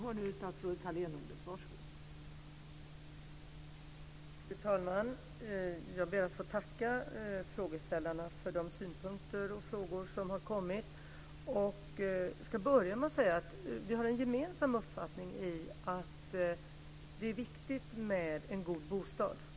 Fru talman! Jag ber att få tacka frågeställarna för de synpunkter och frågor som har kommit, och ska börja med att säga att vi har en gemensam uppfattning i att det är viktigt med en god bostad.